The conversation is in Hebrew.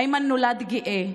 איימן נולד גאה,